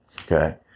Okay